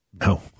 No